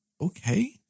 Okay